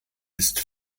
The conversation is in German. ist